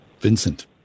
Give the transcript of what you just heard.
Vincent